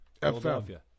Philadelphia